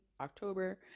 October